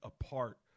apart